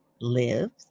lives